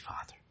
Father